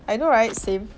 I know right same